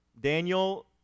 Daniel